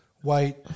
white